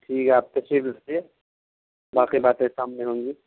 ٹھیک ہے آپ تشریف رکھیے باقی باتیں سامنے ہوں گی